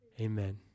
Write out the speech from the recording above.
Amen